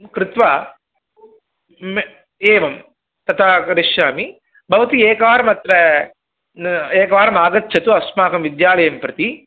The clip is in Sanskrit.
कृत्वा एवं तथा करिष्यामि भवति एकवारम् अत्र न एकवारम् आगच्छतु अस्माकम् विद्यालयं प्रति